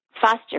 Foster